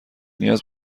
نیاز